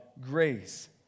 grace